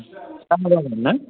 हा बुरजा नांगौ नालाय